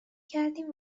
کردیم